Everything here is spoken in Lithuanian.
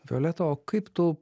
violeta o kaip tu